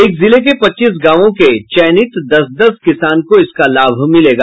एक जिले के पच्चीस गांवों के चयनित दस दस किसान को इसका लाभ मिलेगा